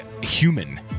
human